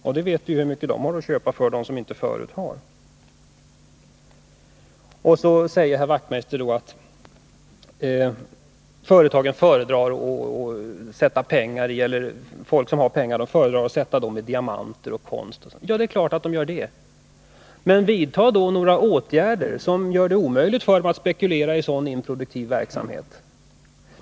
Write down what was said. Vi vet ju hur mycket de har att köpa för som inte förut har aktier. Sedan säger Knut Wachtmeister att människor som har pengar föredrar att placera dem i diamanter, konst och sådant. Ja, det är klart att de gör det. Men vidtag då några åtgärder som gör det omöjligt för dem att spekulera i sådan improduktiv verksamhet.